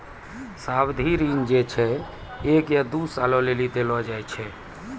सावधि ऋण जे छै एक या दु सालो लेली देलो जाय छै